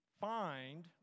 find